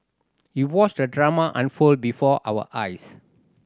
we watched the drama unfold before our eyes